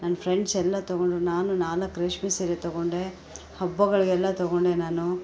ನನ್ನ ಫ್ರೆಂಡ್ಸೆಲ್ಲ ತೊಗೊಂಡರು ನಾನು ನಾಲ್ಕು ರೇಷ್ಮೆ ಸೀರೆ ತೊಗೊಂಡೆ ಹಬ್ಬಗಳಿಗೆಲ್ಲ ತೊಗೊಂಡೆ ನಾನು